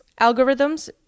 algorithms